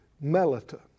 Melita